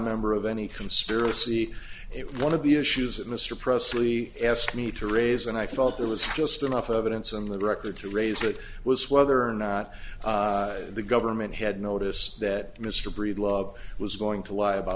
member of any conspiracy it one of the issues that mr presley asked me to raise and i felt it was just enough evidence on the record to raise it was whether or not the government had notice that mr breedlove was going to lie about